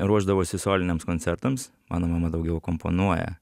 ruošdavosi soliniams koncertams mano mama daugiau akomponuoja